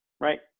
Right